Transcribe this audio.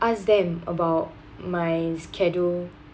ask them about my schedule